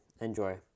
enjoy